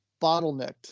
bottlenecked